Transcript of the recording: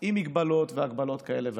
עם מגבלות והגבלות כאלה ואחרות,